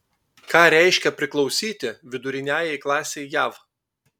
ką reiškia priklausyti viduriniajai klasei jav